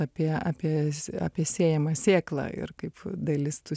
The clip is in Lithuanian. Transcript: apie apie apie sėjamą sėklą ir kaip dalis tų